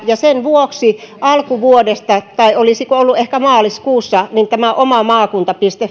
sen vuoksi alkuvuodesta tai olisiko ollut ehkä maaliskuussa julkistettiin tämä omamaakunta